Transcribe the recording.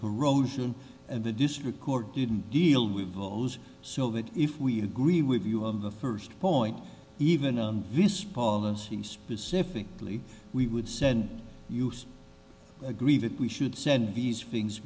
corrosion and the district court didn't deal with those so that if we agree with you on the first point even on this policy specifically we would send us agree that we should send these